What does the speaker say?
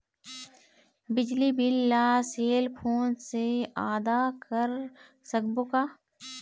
बिजली बिल ला cell phone से आदा कर सकबो का?